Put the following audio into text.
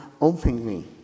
openly